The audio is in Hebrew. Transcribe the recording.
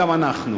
גם אנחנו.